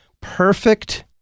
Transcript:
perfect